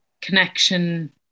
connection